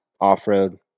off-road